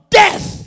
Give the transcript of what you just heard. death